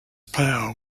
power